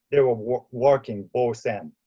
they were working both ends.